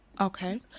Okay